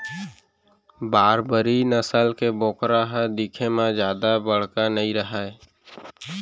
बारबरी नसल के बोकरा ह दिखे म जादा बड़का नइ रहय